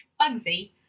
Bugsy